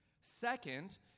Second